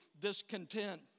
discontent